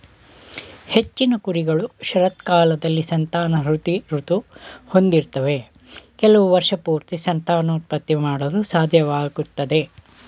ಹೆಚ್ಚಿನ ಕುರಿಗಳು ಶರತ್ಕಾಲದಲ್ಲಿ ಸಂತಾನವೃದ್ಧಿ ಋತು ಹೊಂದಿರ್ತವೆ ಕೆಲವು ವರ್ಷಪೂರ್ತಿ ಸಂತಾನೋತ್ಪತ್ತಿ ಮಾಡಲು ಸಾಧ್ಯವಾಗ್ತದೆ